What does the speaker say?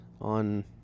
on